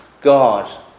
God